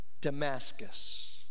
Damascus